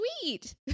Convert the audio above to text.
sweet